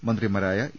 മന്ത്രിമാരായ ഇ